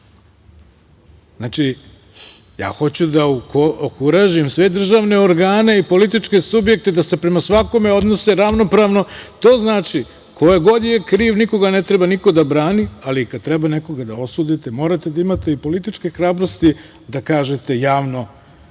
Znači, hoću da okuražim sve državne organe i političke subjekte da se prema svakome odnose ravnopravno. To znači, ko god je kriv, nikoga ne treba niko da brani, ali kada treba nekoga da osudite, morate da imate i političke hrabrosti da kažete javno